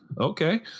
Okay